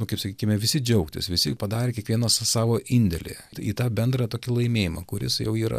nu kaip sakykime visi džiaugtis visi padarė kiekvienas savo indėlį į tą bendrą tokį laimėjimą kuris jau yra